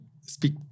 speak